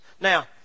Now